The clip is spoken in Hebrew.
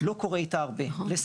לא קורה איתה הרבה.